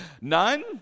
none